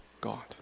God